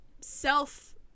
self